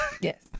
Yes